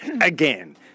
again